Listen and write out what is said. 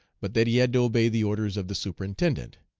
but that he had to obey the orders of the superintendent.